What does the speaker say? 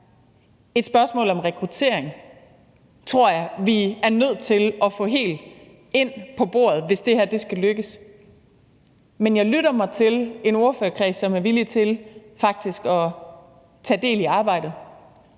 et spørgsmål om rekruttering, tror jeg vi er nødt til at få med helt ind på bordet, hvis det her skal lykkes. Men jeg lytter mig til en ordførerkreds, som er villig til faktisk at tage del i arbejdet.